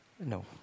No